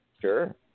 Sure